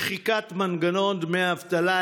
שחיקת מנגנון דמי האבטלה,